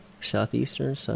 Southeastern